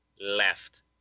left